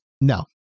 No